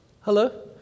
Hello